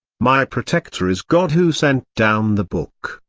my protector is god who sent down the book.